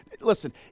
Listen